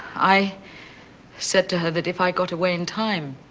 i said to her that if i got away in time,